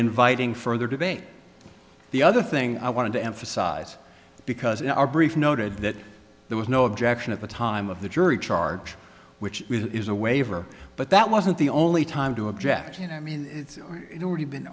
inviting further debate the other thing i wanted to emphasize because in our brief noted that there was no objection at the time of the jury charge which is a waiver but that wasn't the only time to object and i mean it's already been